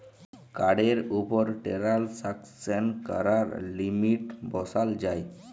কাড়ের উপর টেরাল্সাকশন ক্যরার লিমিট বসাল যায়